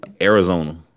Arizona